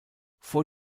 vor